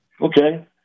Okay